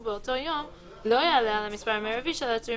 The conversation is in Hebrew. באותו יום לא יעלה על המספר המרבי של העצורים